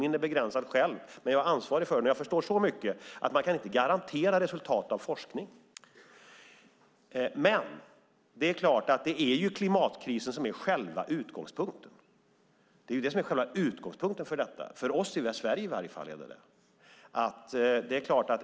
Min egen är begränsad, men jag är ansvarig för den och förstår så mycket att man inte kan garantera resultat av forskning. Det är klart att det är klimatkrisen som är själva utgångspunkten. Det är det som är själva utgångspunkten för detta, i alla fall för oss i Sverige.